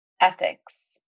ethics